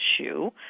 issue